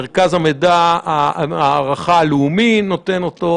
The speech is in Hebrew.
מרכז המידע וההערכה הלאומי נותן אותו.